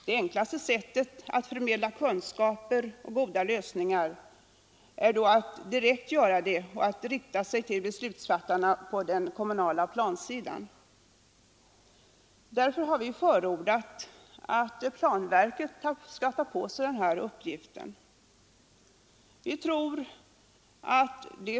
Om man vill förmedla kunskaper och förslag till goda lösningar är det enklast att göra detta direkt till beslutsfattarna när det gäller den kommunala planeringen. Därför har vi förordat att planverket skall ta på sig uppgiften att förmedla erfarenheter på detta område.